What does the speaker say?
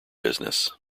business